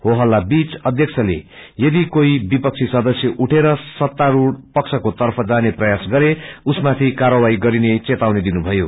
हो हल्ला बीच अध्यक्षले यदि कोही विपक्षी सदस्य उठेर सत्तारूढ़ पक्षको तर्फ जाने प्रयास गरे उसमाथि कार्यवाही गरिने चेतावनी दिनुभयो